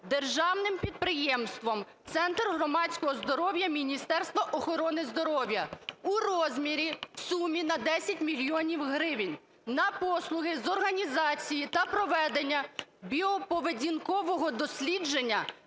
Державним підприємством "Центр громадського здоров'я Міністерства охорони здоров'я" в сумі на 10 мільйонів гривень на послуги з організації та проведення біоповедінкового дослідження